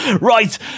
Right